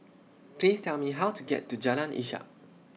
Please Tell Me How to get to Jalan Ishak